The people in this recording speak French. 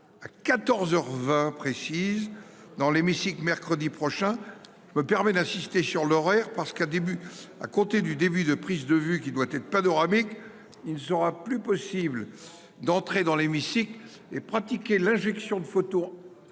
À 14h 20 précise dans l'hémicycle mercredi prochain. Je me permets d'insister sur l'horaire parce qu'un début. À compter du début de prise de vue qui doit être panoramique. Il ne sera plus possible d'entrer dans l'hémicycle et pratiquer l'injection de photos.